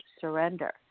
surrender